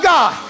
God